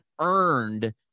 earned